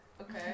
Okay